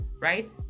Right